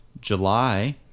July